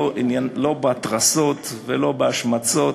לא בהתרסות ולא בהשמצות.